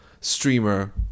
streamer